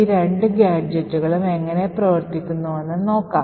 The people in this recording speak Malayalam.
ഈ രണ്ട് ഗാഡ്ജെറ്റുകളും എങ്ങനെ പ്രവർത്തിക്കുന്നുവെന്ന് നോക്കാം